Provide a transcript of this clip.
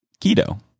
keto